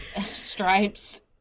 Stripes